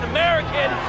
American